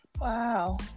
Wow